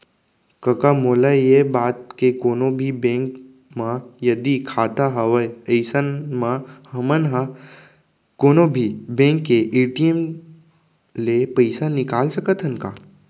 कका मोला ये बता के कोनों भी बेंक म यदि खाता हवय अइसन म हमन ह कोनों भी बेंक के ए.टी.एम ले पइसा निकाल सकत हन का?